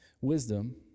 Wisdom